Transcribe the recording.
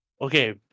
Okay